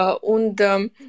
und